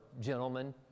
gentlemen